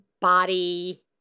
body